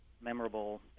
memorable